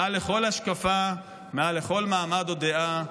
מעל לכל השקפה, מעל לכל מעמד או דעה.